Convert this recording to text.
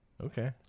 Okay